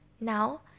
Now